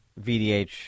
VDH